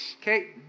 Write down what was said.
Okay